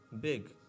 big